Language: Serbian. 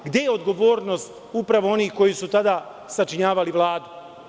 Gde je odgovornost upravo onih koji su tada sačinjavali Vladu?